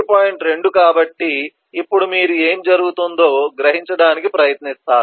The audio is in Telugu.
2 కాబట్టి ఇప్పుడు మీరు ఏమి జరుగుతుందో గ్రహించడానికి ప్రయత్నిస్తారు